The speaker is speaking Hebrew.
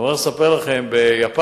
אני מוכרח לספר לכם שביפן,